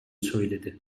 söyledi